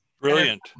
Brilliant